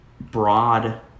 broad